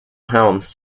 helms